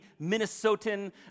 Minnesotan